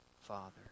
Father